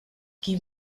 qui